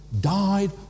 died